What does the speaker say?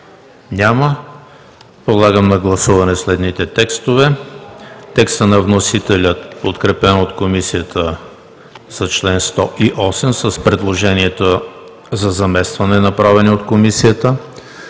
Няма. Подлагам на гласуване текста на вносителя, подкрепен от Комисията за чл. 108 с предложението за заместване, направено от Комисията;